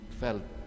felt